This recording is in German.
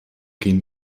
gen